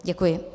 Děkuji.